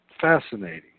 Fascinating